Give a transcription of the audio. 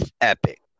epic